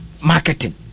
Marketing